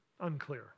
unclear